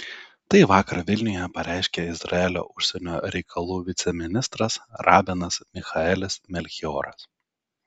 tai vakar vilniuje pareiškė izraelio užsienio reikalų viceministras rabinas michaelis melchioras